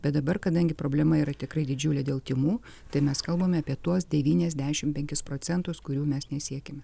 bet dabar kadangi problema yra tikrai didžiulė dėl tymų tai mes kalbame apie tuos devyniasdešim penkis procentus kurių mes nesiekiame